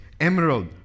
emerald